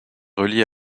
relié